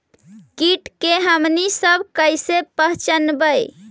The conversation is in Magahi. किट के हमनी सब कईसे पहचनबई?